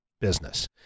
business